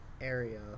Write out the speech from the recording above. area